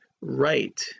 right